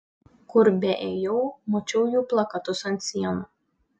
kur beėjau mačiau jų plakatus ant sienų